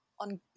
on